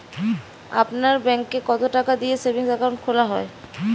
আপনার ব্যাংকে কতো টাকা দিয়ে সেভিংস অ্যাকাউন্ট খোলা হয়?